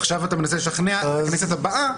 עכשיו אתה מנסה לשכנע את הכנסת הבאה,